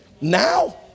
Now